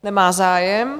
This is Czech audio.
Nemá zájem.